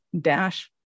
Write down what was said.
dash